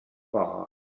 bar